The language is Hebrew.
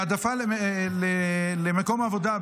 בהעדפה למקום עבודה,